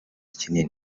kinini